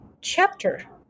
chapter